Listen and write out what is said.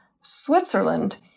Switzerland